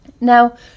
Now